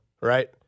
right